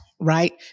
right